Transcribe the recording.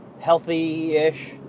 healthy-ish